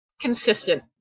Consistent